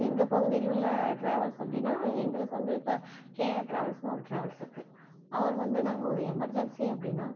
எங்கள் பகுதியில் உள்ள ட்ராவல்ஸ் அப்படின்னா எங்களுக்கு வந்து இப்போ கே ஆர் ட்ராவல்ஸ்ன்னு ஒரு ட்ராவல்ஸ் இருக்குது அவர் வந்து நாங்கள் ஒரு எமெர்ஜென்சி அப்படின்னா